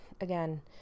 again